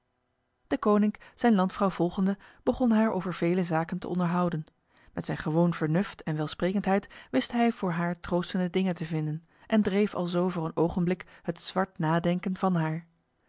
deconinck zijn landvrouw volgende begon haar over vele zaken te onderhouden met zijn gewoon vernuft en welsprekendheid wist hij voor haar troostende dingen te vinden en dreef alzo voor een ogenblik het zwart nadenken van haar